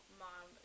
mom